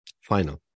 Final